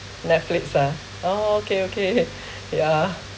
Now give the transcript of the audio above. netflix ah oh okay okay ya